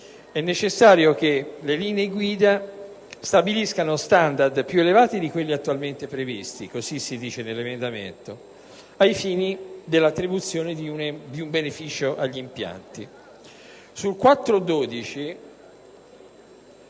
è necessario che le linee guida stabiliscano standard più elevati di quelli attualmente previsti - come stabilisce l'emendamento 4.11 - ai fini dell'attribuzione di un beneficio agli impianti. Inoltre,